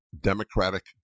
democratic